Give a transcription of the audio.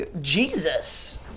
Jesus